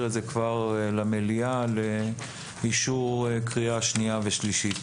אותה למליאה לאישור בקריאה שנייה ושלישית.